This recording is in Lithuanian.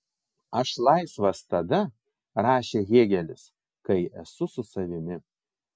aš laisvas tada rašė hėgelis kai esu su savimi